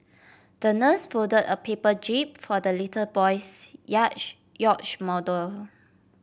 the nurse folded a paper jib for the little boy's yacht model